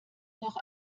noch